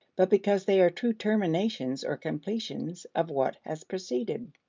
but because they are true terminations or completions of what has preceded.